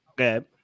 okay